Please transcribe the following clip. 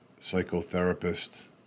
psychotherapist